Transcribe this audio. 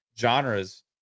genres